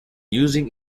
using